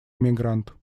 иммигрант